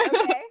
Okay